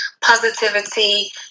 positivity